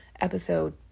episode